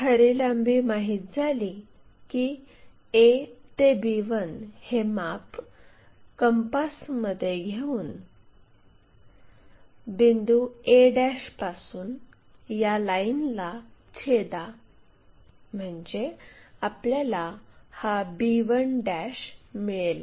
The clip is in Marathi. खरी लांबी माहित झाली की a ते b 1 हे माप कंपासमध्ये घेऊन बिंदू a पासून या लाईनला छेदा म्हणजे आपल्याला हा b1 मिळेल